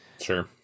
sure